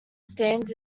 stands